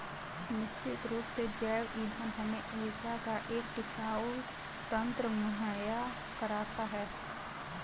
निश्चित रूप से जैव ईंधन हमें ऊर्जा का एक टिकाऊ तंत्र मुहैया कराता है